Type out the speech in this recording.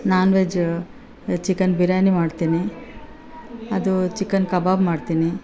ನಾನ್ veg chicken biryani ಮಾಡ್ತೀನಿ ಅದು chicken kebab ಮಾಡ್ತೀನಿ